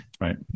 right